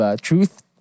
Truth